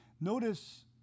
notice